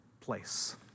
place